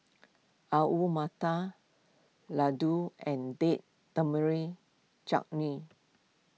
Alu Matar Ladoo and Date Tamarind Chutney